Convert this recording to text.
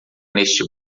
neste